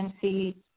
see